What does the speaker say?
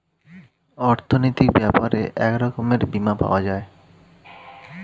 অর্থনৈতিক ব্যাপারে এক রকমের বীমা পাওয়া যায়